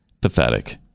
pathetic